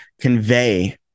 convey